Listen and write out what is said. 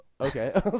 okay